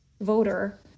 voter